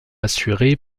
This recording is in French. assurée